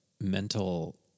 mental